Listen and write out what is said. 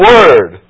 Word